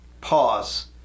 pause